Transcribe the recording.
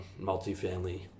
multifamily